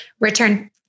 return